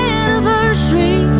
anniversary